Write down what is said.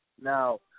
now